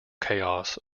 chaos